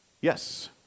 Yes